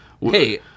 Hey